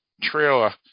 trailer